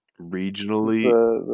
regionally